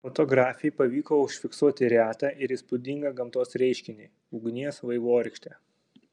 fotografei pavyko užfiksuoti retą ir įspūdingą gamtos reiškinį ugnies vaivorykštę